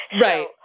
Right